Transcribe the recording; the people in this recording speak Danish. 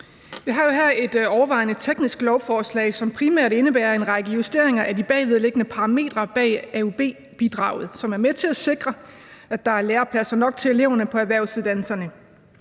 Vi har her et overvejende teknisk lovforslag, som primært indebærer en række justeringer af de bagvedliggende parametre bag AUB-bidraget, som er med til at sikre, at der er lærepladser nok til eleverne på erhvervsuddannelserne.